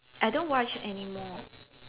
I don't watch anymore